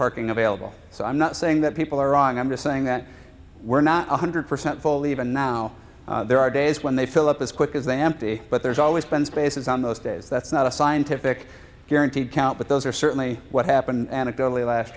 parking available so i'm not saying that people are wrong i'm just saying that we're not one hundred percent full even now there are days when they fill up as quick as they empty but there's always been spaces on those days that's not a scientific guaranteed count but those are certainly what happened anecdotally last